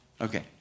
Okay